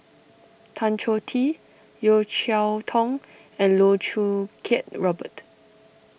Tan Choh Tee Yeo Cheow Tong and Loh Choo Kiat Robert